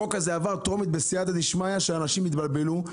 כי אנשים התבלבלו,